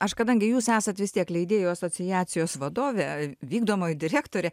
aš kadangi jūs esat vis tiek leidėjų asociacijos vadovė vykdomoji direktorė